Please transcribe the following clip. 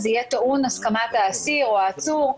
זה יהיה טעון הסכמת האסיר או העצור,